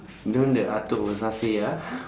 don't the atuk versace ya